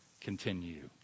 continue